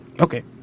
Okay